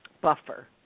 Buffer